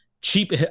cheap